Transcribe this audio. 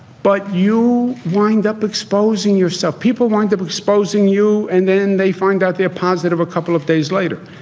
but you wind up exposing yourself. people wind up exposing you, and then they find out they're positive a couple of days later.